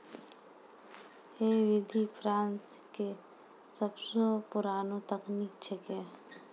है विधि फ्रांस के सबसो पुरानो तकनीक छेकै